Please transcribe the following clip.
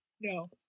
No